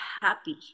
happy